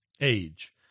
age